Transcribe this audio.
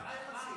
מה אתם מציעים?